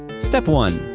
step one.